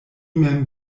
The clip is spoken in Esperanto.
mem